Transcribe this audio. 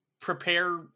prepare